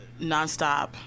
nonstop